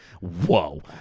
Whoa